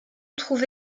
trouve